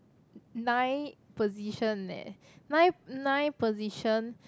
nine position leh nine nine position